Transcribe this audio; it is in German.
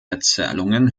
erzählungen